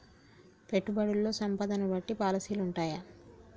పెట్టుబడుల్లో సంపదను బట్టి పాలసీలు ఉంటయా?